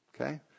okay